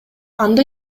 анда